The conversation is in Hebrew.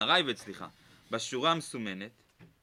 הרייבד, סליחה. בשורה המסומנת,